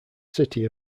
city